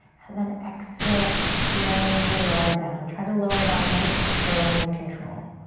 and then exhale to slowly lower down. try to lower down nice and slow and with control.